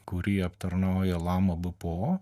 kurį aptarnauja lama bpo